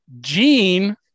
Gene